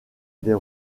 des